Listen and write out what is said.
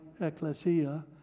ecclesia